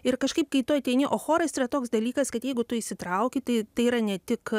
ir kažkaip kai tu ateini o chorais yra toks dalykas kad jeigu tu įsitrauki tai tai yra ne tik